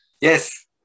Yes